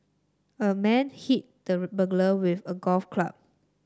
a man hit the burglar with a golf club